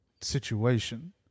situation